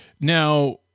Now